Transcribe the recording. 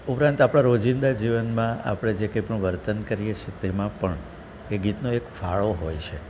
ઉપરાંત આપણાં રોજિંદા જીવનમાં આપણે જે કંઈ પણ વર્તન કરીએ છીએ તેમાં પણ એ ગીતનો એક ફાળો હોય છે